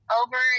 over